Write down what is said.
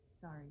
Sorry